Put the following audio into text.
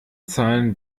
zahlen